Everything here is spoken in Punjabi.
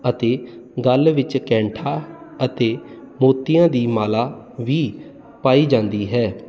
ਅਤੇ ਗਲ ਵਿੱਚ ਕੈਂਠਾ ਅਤੇ ਮੋਤੀਆਂ ਦੀ ਮਾਲਾ ਵੀ ਪਾਈ ਜਾਂਦੀ ਹੈ